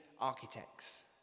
architects